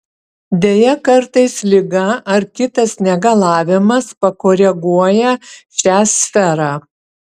deja kartais liga ar kitas negalavimas pakoreguoja šią sferą